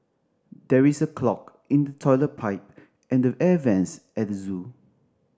there is a clog in the toilet pipe and the air vents at the zoo